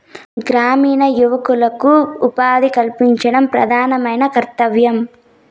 గ్రామీణ యువకులకు ఉపాధి కల్పించడం ప్రధానమైన కర్తవ్యం